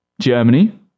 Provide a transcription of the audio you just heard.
Germany